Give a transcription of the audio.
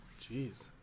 Jeez